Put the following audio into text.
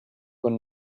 would